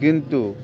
କିନ୍ତୁ